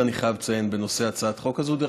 אני שמח שהצעת החוק הזו מגיעה להצבעה במליאה.